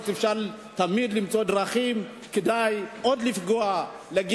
תמיד אפשר למצוא דרכים כדי לפגוע עוד